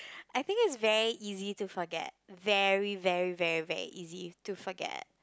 I think is very easy to forget very very very very easy to forget